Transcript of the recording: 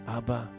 Abba